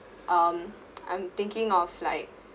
um I'm thinking of like